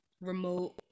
remote